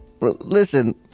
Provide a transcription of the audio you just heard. listen